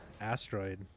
asteroid